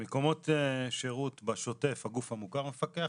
במקומות שירות בשוטף הגוף המוכר מפקח.